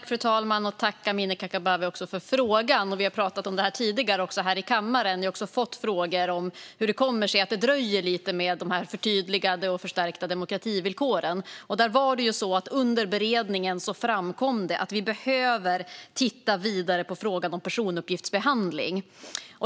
Fru talman! Tack, Amineh Kakabaveh, för frågan! Vi har pratat om det här tidigare också här i kammaren. Vi har fått frågor om hur det kommer sig att det dröjer lite med de förtydligade och förstärkta demokrativillkoren. Under beredningen framkom det att vi behöver titta vidare på frågan om personuppgiftsbehandling.